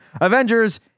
Avengers